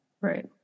Right